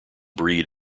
breed